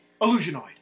illusionoid